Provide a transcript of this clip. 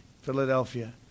Philadelphia